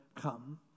come